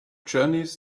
journeys